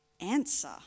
answer